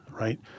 right